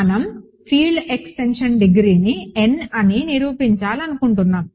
మనం field extension డిగ్రీని n అని నిరూపించాలనుకుంటున్నాము